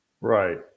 Right